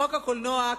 חוק הקולנוע,